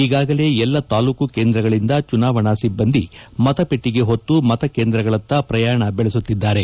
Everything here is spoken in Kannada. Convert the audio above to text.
ಈಗಾಗಲೇ ಎಲ್ಲಾ ತಾಲ್ಲೂಕು ಕೇಂದ್ರಗಳಿಂದ ಚುನಾವಣಾ ಸಿಬ್ಬಂದಿ ಮತಪೆಟ್ಟಿಗೆ ಹೊತ್ತು ಮತಕೇಂದ್ರಗಳತ್ತ ಪ್ರಯಾಣ ಬೆಳೆಸುತ್ತಿದ್ದಾರೆ